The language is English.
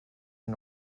and